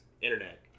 Internet